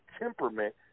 temperament